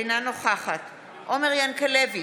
אינה נוכחת עומר ינקלביץ'